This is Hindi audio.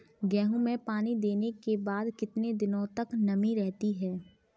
गेहूँ में पानी देने के बाद कितने दिनो तक नमी रहती है?